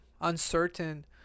uncertain